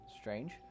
strange